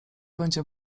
będzie